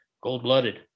gold-blooded